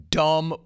dumb